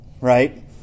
right